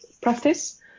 practice